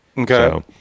Okay